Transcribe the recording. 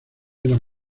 eran